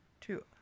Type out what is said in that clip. two